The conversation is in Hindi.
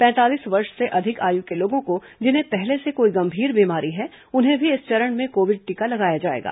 पैंतालीस वर्ष से अधिक आयु के लोगों को जिन्हें पहले से कोई गंभीर बीमारी है उन्हें भी इस चरण में कोविड टीका लगाया जाएगा